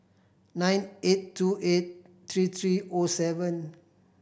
nine eight two eight three three O seven